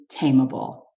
tameable